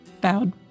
bowed